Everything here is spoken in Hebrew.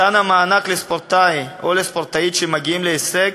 מתן המענק לספורטאי או לספורטאית שמגיעים להישג,